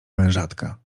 mężatka